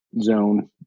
zone